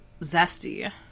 zesty